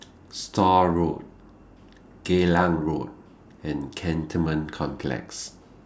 Stores Road Geylang Road and Cantonment Complex